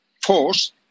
force